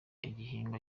igihingwa